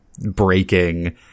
breaking